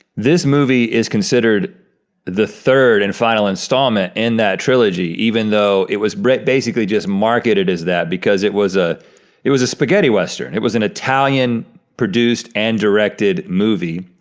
this movie is considered the third and final installment in that trilogy, even though it was basically just marketed as that because it was ah it was a spaghetti western, it was an italian produced and directed movie.